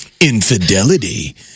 infidelity